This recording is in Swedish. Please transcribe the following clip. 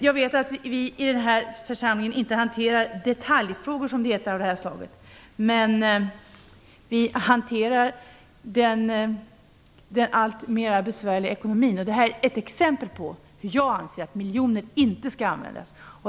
Jag vet att vi i den här församlingen inte hanterar - som det heter - detaljfrågor av det här slaget. Men vi hanterar den alltmer besvärliga ekonomin, och detta är ett exempel på hur jag anser att miljoner inte skall användas.